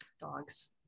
Dogs